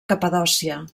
capadòcia